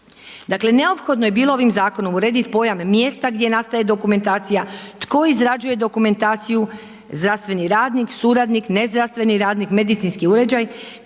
Dakle, neophodno je bilo ovim zakonom uredit pojam mjesta gdje nastaje dokumentacija, tko izrađuje dokumentaciju zdravstveni radnik, suradnik, nezdravstveni radnik, medicinski uređaj,